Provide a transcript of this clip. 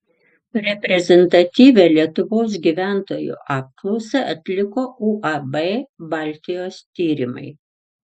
reprezentatyvią lietuvos gyventojų apklausą atliko uab baltijos tyrimai